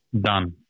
Done